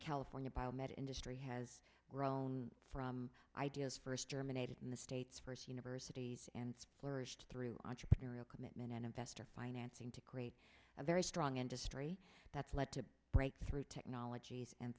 california bio med industry has grown from ideas first germinated in the state's first universities and flourished through entrepreneurial commitment and investor financing to create a very strong industry that's led to breakthrough technologies and